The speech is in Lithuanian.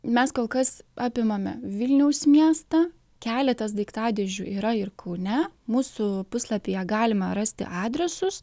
mes kol kas apimame vilniaus miestą keletas daiktadėžių yra ir kaune mūsų puslapyje galima rasti adresus